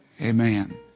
Amen